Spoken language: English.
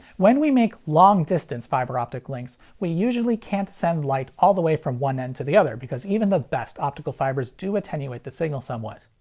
when we make long-distance fiber optic links, we usually can't send light all the way from one end to the other because even the best optical fibers do attenuate the signal somewhat.